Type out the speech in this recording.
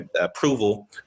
approval